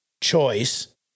choice